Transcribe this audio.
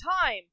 time